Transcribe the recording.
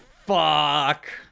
fuck